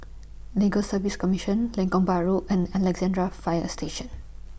Legal Service Commission Lengkok Bahru and Alexandra Fire Station